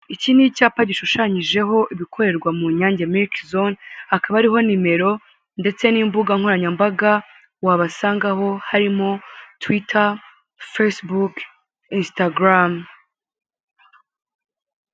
Iki ni icyapa gishushanyijeho ibikorerwa mu nyange miriki zone hakaba hariho nimero ndetse n'imbugankoranyambaga wabasangaho harimo twita, fesibuke, isitagarame.